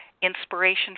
inspiration